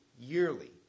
yearly